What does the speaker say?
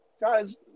Guys